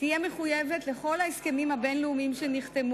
תהיה מחויבת לכל ההסכמים הבין-לאומיים שנחתמו